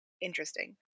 interesting